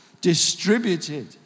distributed